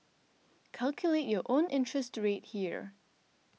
calculate your own interest rate here